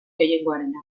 gehiengoarena